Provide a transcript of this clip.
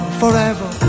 forever